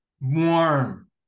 warm